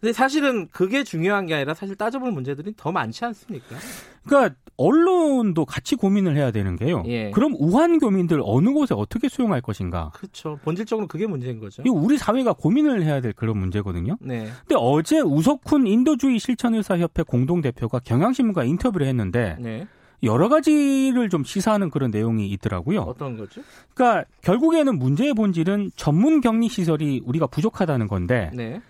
근데 사실은 그게 중요한 게 아니라 사실 따져볼 문제들이 더 많지 않습니까? 그러니까 언론도 같이 고민을 해야 되는 게요. 예. 그럼 우한 교민들 어느 곳에 어떻게 수용할 것인가? 그렇죠. 본질적으로 그게 문제인 거죠. 이거 우리 사회가 고민을 해야 될 그런 문제거든요. 네. 근데 어제 우석훈 인도주의 실천 의사협회 공동대표가 경향신문과 인터뷰를 했는데 네. 여러 가지를 좀 시사하는 그런 내용이 있더라고요. 어떤 거죠? 그러니까 결국에는 문제의 본질은 전문 격리 시설이 우리가 부족하다는 건데 네.